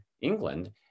England